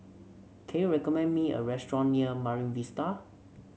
can you recommend me a restaurant near Marine Vista